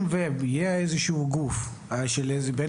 אם ויהיה איזה שהוא גוף בין-לאומי,